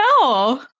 no